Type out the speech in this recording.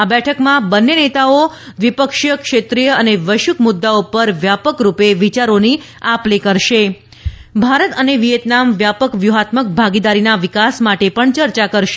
આ બેઠકમાં બંને નેતાઓએ દ્વિપક્ષીય ક્ષેત્રીય અને વૈશ્વિક મુદ્દાઓ પર વ્યાપક રૂપે વિયારોની આપ લે કરશે અને ભારત વિયેતનામ વ્યાપક વ્યૂહાત્મક ભાગીદારીનાં વિકાસ માટે ચર્ચા કરશે